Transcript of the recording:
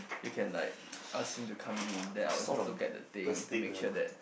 you can like ask him to come in then I'll just look at the thing to make sure that